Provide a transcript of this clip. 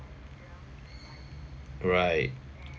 right